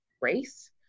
race